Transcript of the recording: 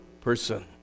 person